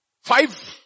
Five